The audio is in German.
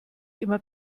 immer